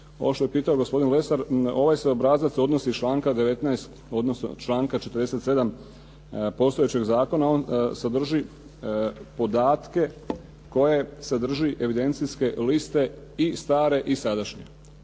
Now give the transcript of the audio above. Ono što je pitao gospodin Lesar, ovaj se obrazac odnosi iz članka 19. odnosno članka 47. postojećeg zakona, on sadrži podatke koje sadrži evidencijske liste i stare i sadašnje.